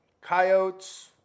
coyotes